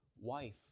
wife